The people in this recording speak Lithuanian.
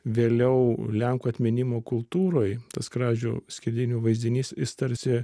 vėliau lenkų atminimų kultūroj tas kražių skerdynių vaizdinys jis tarsi